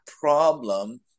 problem